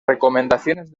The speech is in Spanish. recomendaciones